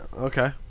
Okay